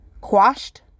quashed